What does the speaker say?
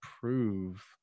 prove